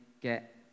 get